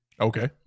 Okay